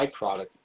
byproduct